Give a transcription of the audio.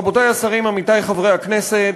רבותי השרים, עמיתי חברי הכנסת,